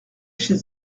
chez